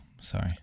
Sorry